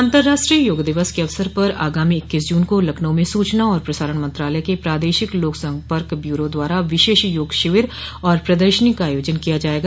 अंतर्राष्ट्रीय योग दिवस के अवसर पर आगामी इक्कीस जून को लखनऊ में सूचना और प्रसारण मंत्रालय के प्रादेशिक लोक संपर्क ब्यूरो द्वारा विशेष योग शिविर और प्रदर्शनी का आयोजन किया जायेगा